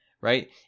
right